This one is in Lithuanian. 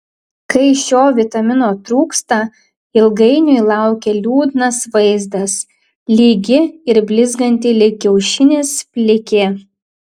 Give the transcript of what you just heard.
kai šio vitamino trūksta ilgainiui laukia liūdnas vaizdas lygi ir blizganti lyg kiaušinis plikė